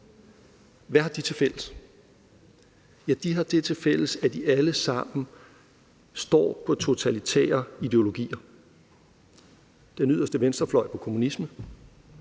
Hvad har de tilfælles? Ja, de har det tilfælles, at de alle sammen står på totalitære ideologier. Den yderste venstrefløj står på kommunisme,